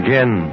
Again